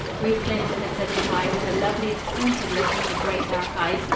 ruth clinton had said good-bye with the loveliest haunted look in her great dark eyes,